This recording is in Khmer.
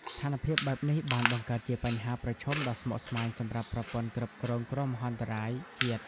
ស្ថានភាពបែបនេះបានបង្កើតជាបញ្ហាប្រឈមដ៏ស្មុគស្មាញសម្រាប់ប្រព័ន្ធគ្រប់គ្រងគ្រោះមហន្តរាយជាតិ។